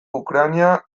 ukraina